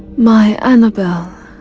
my annabelle!